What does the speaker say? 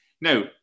Now